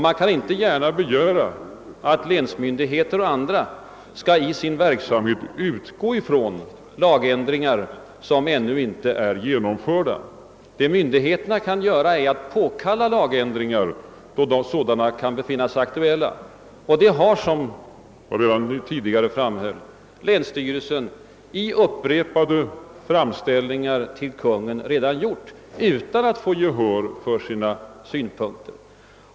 Man kan inte begära att länsmyndigheter och andra i sin verksamhet skall utgå från lagändringar som ännu inte är genomförda. Myndigheterna kan påkalla lagändringar där sådana befinnes aktuella. Och detta har — som jag tidigare framhöll — länsstyrelsen i upprepade framställningar till Kungl. Maj:t redan gjort utan att få gehör för sina synpunkter.